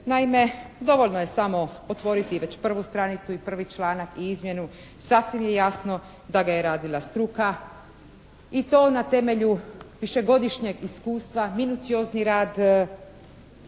Naime, dovoljno je samo otvoriti već prvu stranicu i prvi članak i izmjenu. Sasvim je jasno da ga je radila struka i to na temelju višegodišnjeg iskustva, minuciozni rad